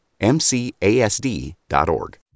MCASD.org